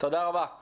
צוהריים טובים.